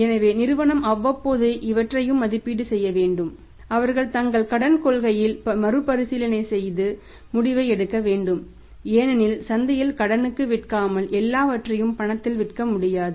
எனவே நிறுவனம் அவ்வப்போது இவற்றையும் மதிப்பீடு செய்ய வேண்டும் அவர்கள் தங்கள் கடன் கொள்கைகளில் மறுபரிசீலனை செய்து முடிவை எடுக்க வேண்டும் ஏனெனில் சந்தையில் கடனுக்கு விற்காமல் எல்லாவற்றையும் பணத்தில் விற்க முடியாது